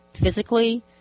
physically